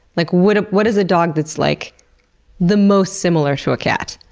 like, what ah what is a dog that's like the most similar to a cat?